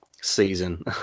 season